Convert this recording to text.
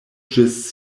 ĝis